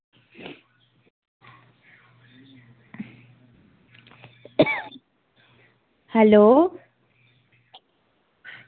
hello